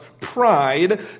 pride